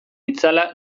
itzala